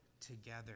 together